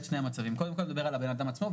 קודם כל נדבר על הבנאדם עצמו,